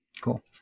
Cool